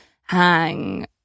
hang